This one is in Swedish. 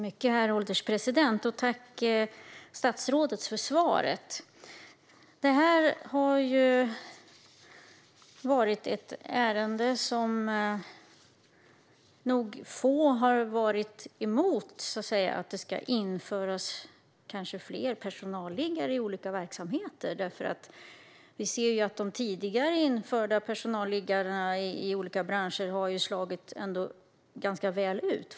Herr ålderspresident! Tack, statsrådet, för svaret! Det är nog få som har varit emot detta ärende om att det ska införas fler personalliggare i olika verksamheter. Vi ser ju att de tidigare införda personalliggarna i olika branscher har slagit ganska väl ut.